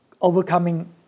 Overcoming